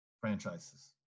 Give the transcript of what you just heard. franchises